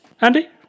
Andy